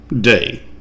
Day